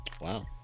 Wow